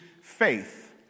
faith